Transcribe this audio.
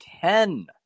ten